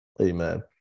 Amen